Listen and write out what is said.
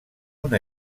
una